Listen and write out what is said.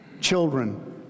children